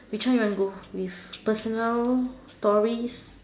which one you want go with personal stories